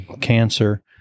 cancer